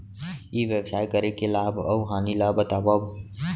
ई व्यवसाय करे के लाभ अऊ हानि ला बतावव?